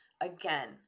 Again